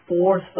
four